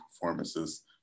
performances